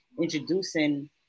introducing